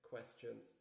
questions